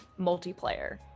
multiplayer